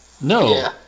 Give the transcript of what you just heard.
No